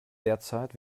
derzeit